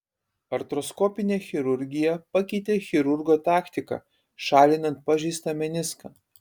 artroskopinė chirurgija pakeitė chirurgo taktiką šalinant pažeistą meniską